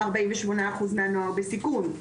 48 אחוז מהנוער בסיכון,